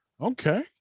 Okay